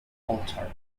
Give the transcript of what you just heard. altered